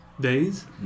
days